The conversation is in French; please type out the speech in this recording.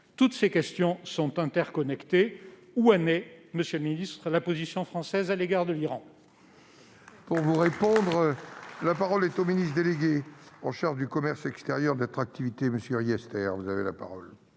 toutes ces questions sont interconnectées. Où en est, monsieur le ministre, la position française à l'égard de l'Iran ?